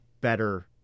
better